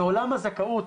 בעולם הזכאות,